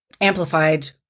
amplified